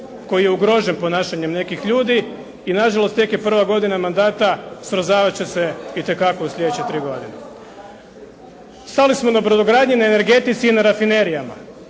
koji je ugrožen ponašanjem nekih ljudi i na žalost tek je prva godina mandata, srozavat će se itekako u sljedeće tri godine. Stali smo na brodogradnji, energetici i na rafinerijama.